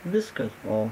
viskas o